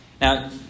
Now